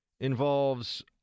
involves